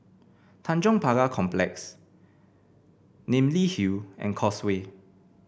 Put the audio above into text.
Tanjong Pagar Complex Namly Hill and Causeway